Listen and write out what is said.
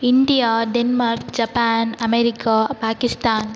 India Denmark Japan America Pakistan